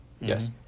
Yes